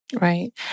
Right